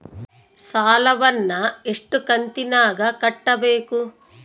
ಸಾಲವನ್ನ ಎಷ್ಟು ಕಂತಿನಾಗ ಕಟ್ಟಬೇಕು?